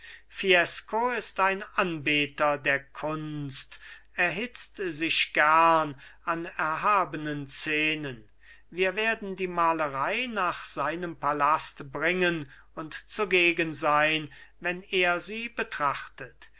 ist ein anbeter der kunst erhitzt sich gern an erhabenen szenen wir werden die malerei nach seinem palast bringen und zugegen sein wenn er sie betrachtet